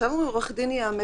עכשיו אומרים: עורך דין יאמת.